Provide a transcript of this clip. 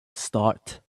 start